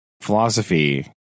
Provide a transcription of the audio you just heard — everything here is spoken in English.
philosophy